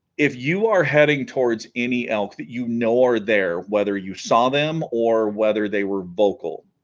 if you are heading towards any elk that you know are there whether you saw them or whether they were vocal